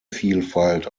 vielfalt